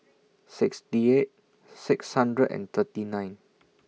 sixty eight six hundred and thirty nine